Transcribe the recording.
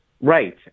Right